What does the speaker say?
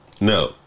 no